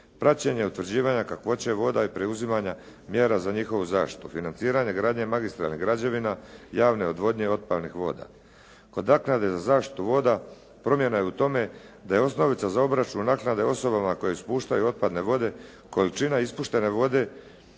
praćenja i utvrđivanja kakvoće voda i preuzimanja mjera za njihovu zaštitu, financiranje magistralnih građevina, javne odvodnje otpadnih voda. Od naknade za zaštitu voda promjena je u tome da je osnovica za obračun naknade osobama koje ispuštaju otpadne vode, količina otpadne vode